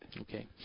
Okay